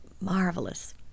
marvelous